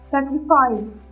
Sacrifice